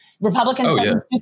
Republicans